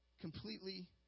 completely